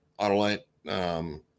Autolite